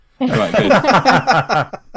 Right